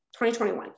2021